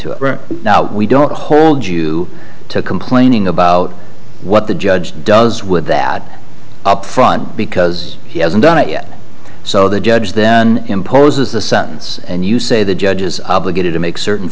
it now we don't hold you to complaining about what the judge does with that up front because he hasn't done it yet so the judge then imposes the sentence and you say the judge is obligated to make certain